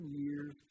years